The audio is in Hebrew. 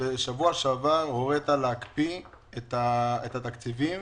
ובשבוע שעבר הורית להקפיא את התקציבים,